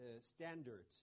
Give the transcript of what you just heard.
standards